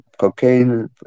cocaine